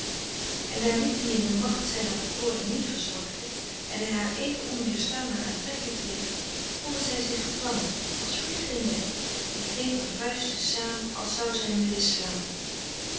en daar niettemin de macht zijner bekoring niet verzwakte en hij haar even onweerstaanbaar aantrekkelijk bleef voelde zij zich gevangen als vlieg in web en kneep haar vuisten saam als zou zij hem willen slaan